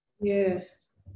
Yes